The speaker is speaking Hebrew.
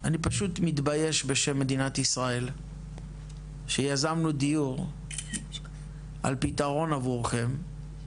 אני פשוט מתבייש בשם מדינת ישראל שיזמנו דיור על פתרון עבורכם,